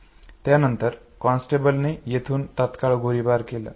यानंतर कॉन्स्टेबलने येथून तात्काळ गोळीबार केला